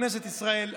כנסת ישראל,